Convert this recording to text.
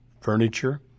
furniture